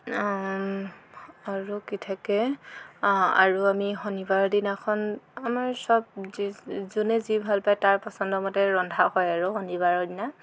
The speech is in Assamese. আৰু কি থাকে আৰু আমি শনিবাৰে দিনাখন আমাৰ চব যোনে যি ভাল পায় তাৰ পচণ্ডৰ মতে ৰন্ধা হয় আৰু শনিবাৰৰ দিনা